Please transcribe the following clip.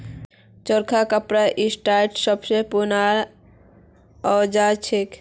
चरखा कपड़ा इंडस्ट्रीर सब स पूराना औजार छिके